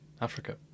Africa